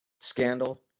scandal